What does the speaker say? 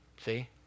see